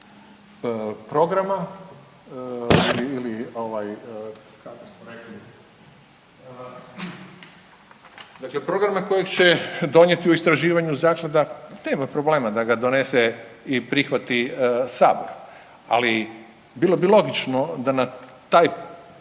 programa kojeg će donijeti u istraživanju zaklada. Nema problema da ga donese i prihvati Sabor, ali bilo bi logično da na taj